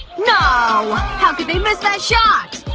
no! how could they miss the shot?